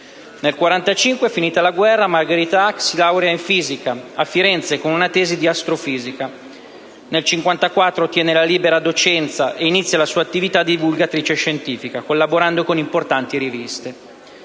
Nel 1945, finita la guerra, Margherita Hack si laurea in fisica a Firenze con una tesi di astrofisica. Nel 1954 ottiene la libera docenza e inizia la sua attività di divulgatrice scientifica, collaborando con importanti riviste.